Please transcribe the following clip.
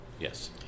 yes